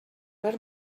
per